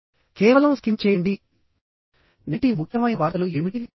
కాబట్టి మీరు కేవలం స్కిమ్ చేయండి కాబట్టినేటి ముఖ్యమైన వార్తలు ఏమిటి